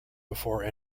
before